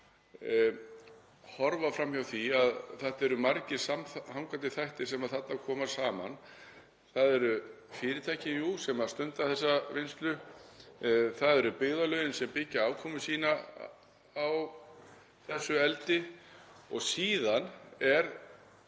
horfa fram hjá því að þarna eru margir samhangandi þættir sem koma saman. Það eru fyrirtækin sem stunda þessa vinnslu, það eru byggðarlögin sem byggja afkomu sína á þessu eldi og síðan er